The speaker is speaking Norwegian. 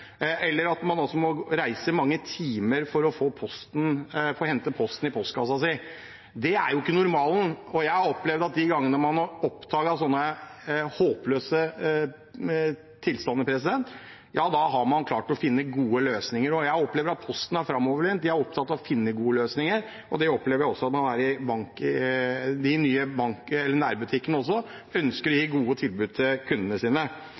også. Det er ikke normalen. Jeg opplever at de gangene man har oppdaget slike håpløse tilstander, har man klart å finne gode løsninger. Jeg opplever at Posten er framoverlent og opptatt av å finne gode løsninger, og det opplever jeg også at man er i bank. De nye nærbutikkene ønsker også å gi gode tilbud til kundene sine.